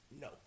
No